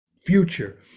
future